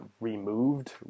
removed